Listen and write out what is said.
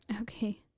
Okay